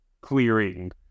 clearing